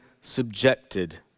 subjected